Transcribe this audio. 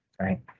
right